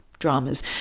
dramas